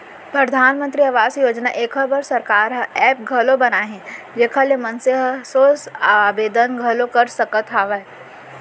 परधानमंतरी आवास योजना एखर बर सरकार ह ऐप घलौ बनाए हे जेखर ले मनसे ह सोझ आबेदन घलौ कर सकत हवय